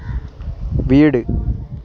വീട്